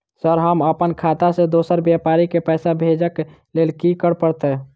Sir हम अप्पन खाता सऽ दोसर व्यापारी केँ पैसा भेजक लेल की करऽ पड़तै?